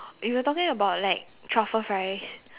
if you're talking about like truffle fries